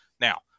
Now